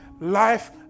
life